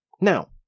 Now